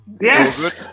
Yes